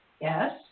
yes